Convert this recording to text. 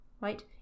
right